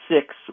six